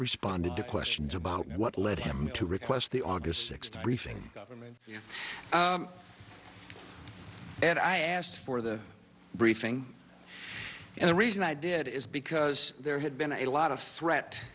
responded to questions about what led him to request the august sixth briefing government and i asked for the briefing and the reason i did is because there had been a lot of threat